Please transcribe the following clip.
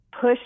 push